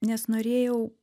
nes norėjau